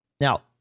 Now